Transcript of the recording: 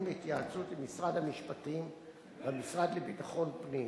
והתייעצות עם משרד המשפטים והמשרד לביטחון פנים.